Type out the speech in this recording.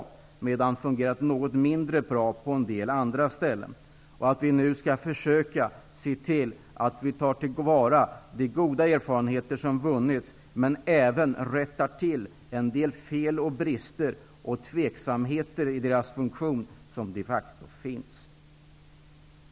Däremot har de fungerat något mindre bra på en del andra ställen. Vidare skall vi nu försöka se till att vi tar till vara de goda erfarenheter som vunnits och att vi kommer till rätta med en del fel, brister och tveksamheter i utvecklingsfondernas funktion, vilka de facto finns.